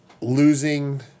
losing